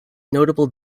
notable